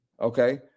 okay